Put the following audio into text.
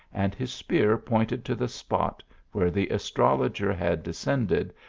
and his spear pointed to the spot where the astrologer had descended,